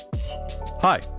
Hi